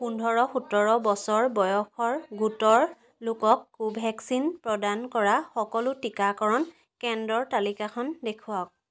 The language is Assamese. পোন্ধৰ সোতৰ বছৰ বয়সৰ গোটৰ লোকক ক'ভেক্সিন প্ৰদান কৰা সকলো টীকাকৰণ কেন্দ্ৰৰ তালিকাখন দেখুৱাওক